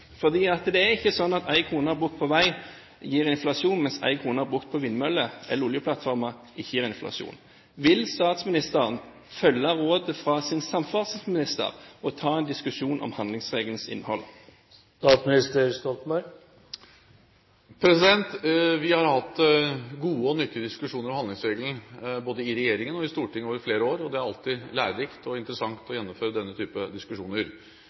Det er ikke slik at én krone brukt på vei, gir inflasjon, mens én krone brukt på vindmøller eller oljeplattformer ikke gir inflasjon. Vil statsministeren følge rådet fra sin samferdselsminister og ta en diskusjon om handlingsregelens innhold? Vi har hatt gode og nyttige diskusjoner om handlingsregelen, både i regjeringen og i Stortinget, over flere år. Det er alltid lærerikt og interessant å gjennomføre denne type diskusjoner.